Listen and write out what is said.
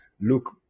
Look